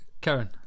Karen